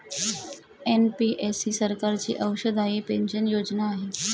NPS ही सरकारची अंशदायी पेन्शन योजना आहे